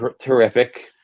terrific